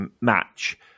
match